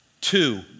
Two